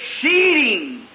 exceeding